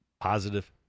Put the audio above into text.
Positive